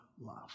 love